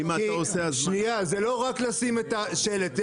זה לא רק לשים את השלט,